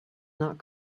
not